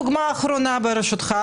ודוגמה אחרונה ברשותך.